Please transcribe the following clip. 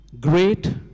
great